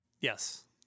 Yes